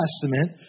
Testament